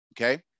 Okay